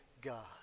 God